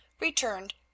returned